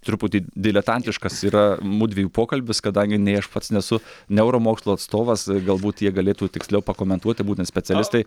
truputį diletantiškas yra mudviejų pokalbis kadangi nei aš pats nesu neuro mokslų atstovas galbūt jie galėtų tiksliau pakomentuoti būtent specialistai